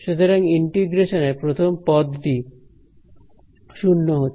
সুতরাং ইন্টিগ্রেশনের প্রথম পদটি শূন্য হচ্ছে